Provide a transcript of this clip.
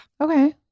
Okay